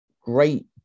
Great